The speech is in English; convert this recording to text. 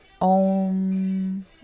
om